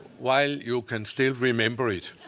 while you can still remember it.